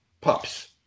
pups